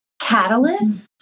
catalyst